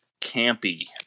campy